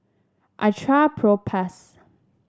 I trust Propass